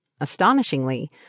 Astonishingly